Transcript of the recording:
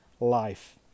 life